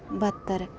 ब्ह्त्तर